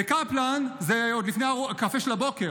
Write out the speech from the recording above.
בקפלן זה עוד לפני הקפה של הבוקר,